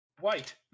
White